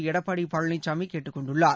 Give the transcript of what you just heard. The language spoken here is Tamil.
எடப்பாடி பழனிசாமி கேட்டுக் கொண்டுள்ளார்